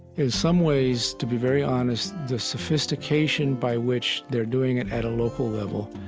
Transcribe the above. in some ways, to be very honest, the sophistication by which they're doing it at a local level